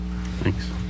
Thanks